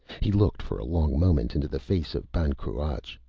he looked for a long moment into the face of ban cruach.